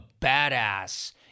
badass